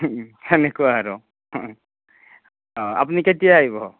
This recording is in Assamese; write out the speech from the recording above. সেনেকুৱা আৰু আপুনি কেতিয়া আহিব